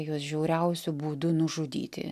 juos žiauriausiu būdu nužudyti